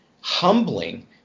humbling